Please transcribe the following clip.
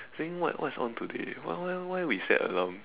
I was thinking what what is on today why why why we set alarm